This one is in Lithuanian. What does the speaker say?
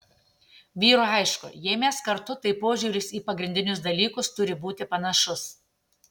vyrui aišku jei mes kartu tai požiūris į pagrindinius dalykas turi būti panašus